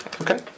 Okay